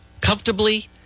comfortably